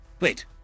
Wait